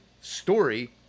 story